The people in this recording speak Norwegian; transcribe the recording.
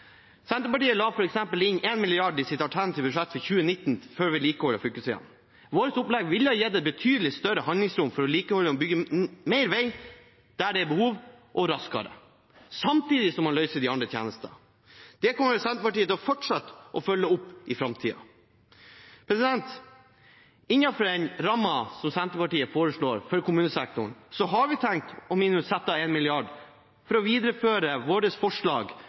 Senterpartiet la f.eks. inn 1 mrd. kr i sitt alternative budsjett for 2019 til vedlikehold av fylkesveiene. Vårt opplegg ville gitt et betydelig større handlingsrom til å vedlikeholde og bygge mer vei der det er behov, og raskere, samtidig som man løser de andre tjenestene. Det kommer Senterpartiet til fortsatt å følge opp i framtiden. Innenfor den rammen som Senterpartiet foreslår for kommunesektoren, har vi tenkt å sette av minimum 1 mrd. kr for å videreføre vårt forslag